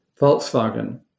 Volkswagen